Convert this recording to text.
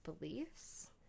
beliefs